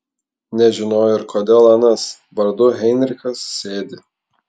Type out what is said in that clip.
nežinojo ir kodėl anas vardu heinrichas sėdi